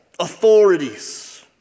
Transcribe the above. authorities